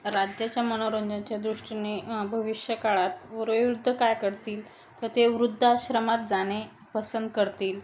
राज्याच्या मनोरंजनाच्या दृष्टीने भविष्यकाळात वयोवृद्ध काय करतील तर ते वृद्धाश्रमात जाणे पसंत करतील